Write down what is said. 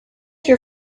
your